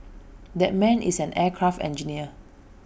that man is an aircraft engineer